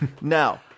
Now